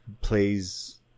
plays